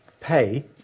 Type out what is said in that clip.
Pay